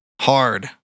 Hard